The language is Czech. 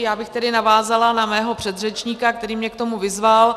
Já bych tedy navázala na svého předřečníka, který mě k tomu vyzval.